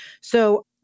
So-